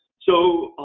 so,